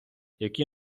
які